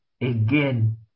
again